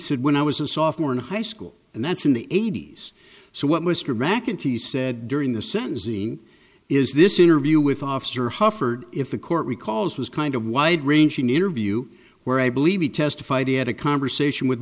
said when i was a software in high school and that's in the eighty's so what mr mcentee said during the sentencing is this interview with officer huffer if the court recalls was kind of wide ranging interview where i believe he testified he had a conversation with